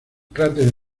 cráteres